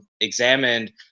examined